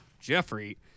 Jeffrey